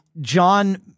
John